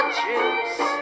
juice